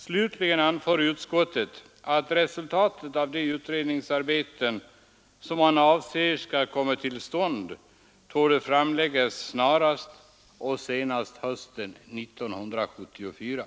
Slutligen anför utskottet att resultatet av den utvärdering som man avser skall komma till stånd torde framläggas snarast och senast hösten 1974.